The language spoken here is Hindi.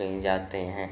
कहीं जाते हैं